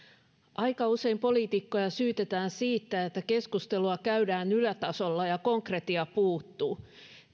aika usein poliitikkoja syytetään siitä että keskustelua käydään ylätasolla ja konkretia puuttuu